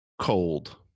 cold